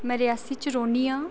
में रियासी च रौह्न्नी आं